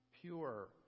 Pure